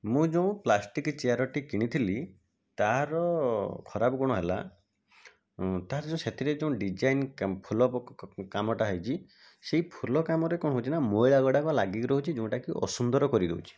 ମୁଁ ଯେଉଁ ପ୍ଲାଷ୍ଟିକ୍ ଚେୟାର୍ଟି କିଣିଥିଲି ତାହାର ଖରାପ ଗୁଣ ହେଲା ତାହାର ଯେଉଁ ସେଥିରେ ଯୋଉଁ ଡିଜାଇନ୍ କା ଫୁଲ କାମଟା ହେଇଛି ସେଇ ଫୁଲ କାମରେ କ'ଣ ହେଉଛି ନା ମଇଳା ଗୁଡ଼ାକ ଲାଗିକି ରହୁଛି ଯେଉଁଟାକି ଅସୁନ୍ଦର କରିଦେଉଛି